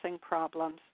problems